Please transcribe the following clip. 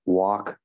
walk